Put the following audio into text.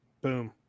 Boom